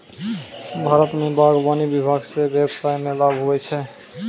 भारत मे बागवानी विभाग से व्यबसाय मे लाभ हुवै छै